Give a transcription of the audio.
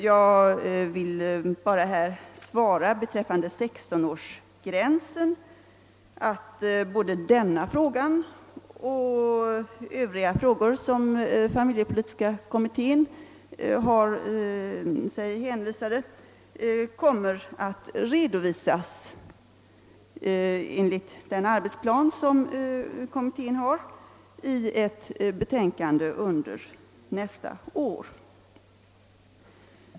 Jag vill beträffande 16-årsgränsen svara att både denna fråga och övriga frågor, som familjepolitiska kommittén har sig anförtrodda, enligt kommitténs arbetsplan kommer att redovisas i ett betänkande under nästa år.